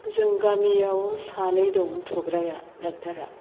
जों गामियाव सानै दं थुग्राया ड'क्टरा